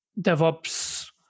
DevOps